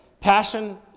Passion